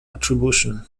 attribution